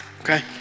Okay